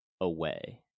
away